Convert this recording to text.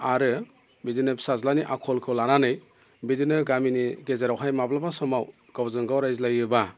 आरो बिदिनो फिसाज्लानि आखलखौ लानानै बिदिनो गामिनि गेजेरावहाय माब्लाबा समाव गावजों गाव रायज्लायोबा